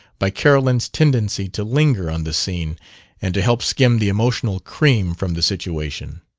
by carolyn's tendency to linger on the scene and to help skim the emotional cream from the situation.